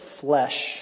flesh